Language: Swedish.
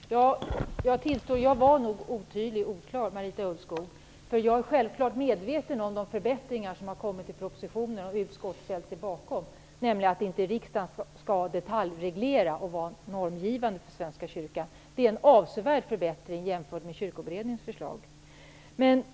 Fru talman! Jag tillstår, Marita Ulvskog, att jag nog var otydlig och oklar. Jag är självklart medveten om de förbättringar som har kommit i propositionen och som utskottet har ställt sig bakom, nämligen att riksdagen inte skall detaljreglera och vara normgivande för Svenska kyrkan. Det är en avsevärd förbättring jämfört med Kyrkoberedningens förslag.